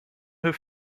her